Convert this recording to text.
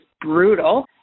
brutal